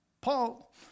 Paul